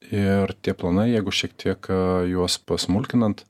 ir tie planai jeigu šiek tiek juos pasmulkinant